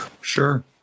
Sure